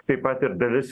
taip pat ir dalis